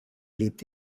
lebt